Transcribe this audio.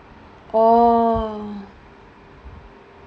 orh